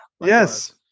Yes